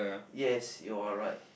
yes you are right